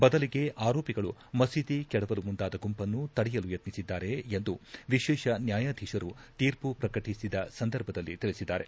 ಬದಲಿಗೆ ಆರೋಪಿಗಳು ಮಸೀದಿ ಕೆಡವಲು ಮುಂದಾದ ಗುಂಪನ್ನು ತಡೆಯಲು ಯತ್ನಿಸಿದ್ಗಾರೆ ಎಂದು ವಿಶೇಷ ನ್ನಾಯಾಧೀಶರು ತೀರ್ಮ ಪ್ರಕಟಿಸಿದ ಸಂದರ್ಭದಲ್ಲಿ ತಿಳಿಸಿದ್ದಾರೆ